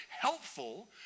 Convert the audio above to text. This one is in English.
helpful